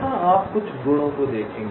यहां आप कुछ गुणों को देखें